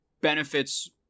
benefits